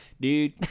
Dude